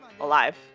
alive